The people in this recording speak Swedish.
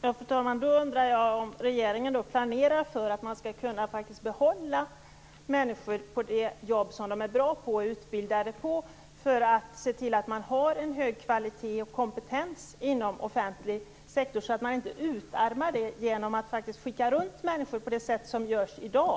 Fru talman! Då undrar jag om regeringen planerar för att människor skall kunna behållas i de jobb de är bra på och utbildade för, så att man kan ha en hög kvalitet och kompetens inom offentlig sektor och inte utarmar den genom att skicka runt människor på det sätt som sker i dag.